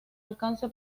alcance